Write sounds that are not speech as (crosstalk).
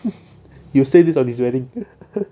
(laughs) you say this on his wedding (laughs)